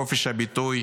חופש הביטוי